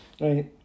Right